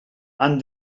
han